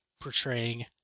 portraying